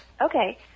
Okay